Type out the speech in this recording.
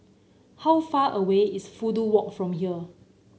how far away is Fudu Walk from here